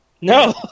No